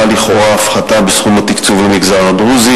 לכאורה הפחתה בסכום התקצוב למגזר הדרוזי,